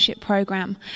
program